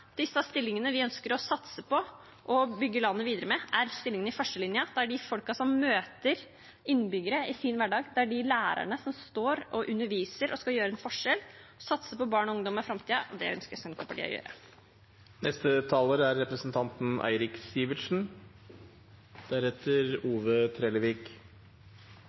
disse stillingene vi ønsker å satse på og å bygge landet videre med, er stillinger i førstelinjen, og de folkene som møter innbyggerne i sin hverdag. Det er disse lærerne som står og underviser og skal gjøre en forskjell. Å satse på barn og ungdom i framtiden – det er det Senterpartiet ønsker å gjøre. Mot slutten av denne debatten må jeg si det er